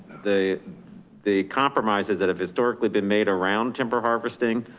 the the compromises that have historically been made around timber harvesting,